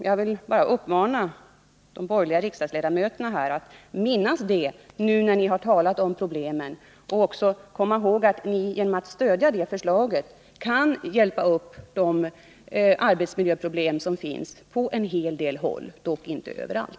Jag vill uppmana de borgerliga riksdagsledamöterna att minnas detta när ni talar om de problemen och att komma ihåg att ni genom att stödja det här förslaget kan hjälpa till att undanröja de arbetsmiljöproblem som finns på en del håll, dock inte överallt.